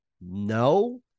No